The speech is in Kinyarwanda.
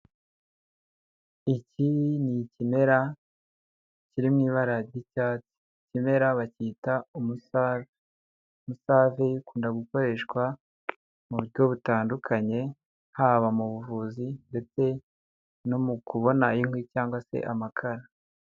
Iki ni ikimera kiri mu ibara ry'icyatsi, iki kimera bacyita umusave, umusave ukunda gukoreshwa mu buryo butandukanye, haba mu buvuzi ndetse no mu kubona inkwi cyangwa se amakara.